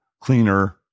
cleaner